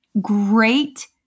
great